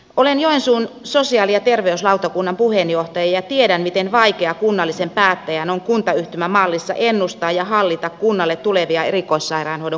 olen joensuun sosiaali ja terveyslautakunnan puheenjohtaja ja tiedän miten vaikea kunnallisen päättäjän on kuntayhtymämallissa ennustaa ja hallita kunnalle tulevia erikoissairaanhoidon kustannuksia